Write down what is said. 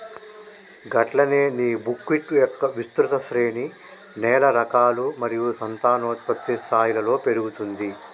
గట్లనే నీ బుక్విట్ మొక్క విస్తృత శ్రేణి నేల రకాలు మరియు సంతానోత్పత్తి స్థాయిలలో పెరుగుతుంది